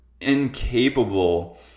incapable